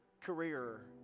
career